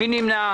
מי נמנע?